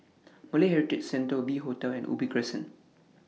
Malay Heritage Centre V Hotel and Ubi Crescent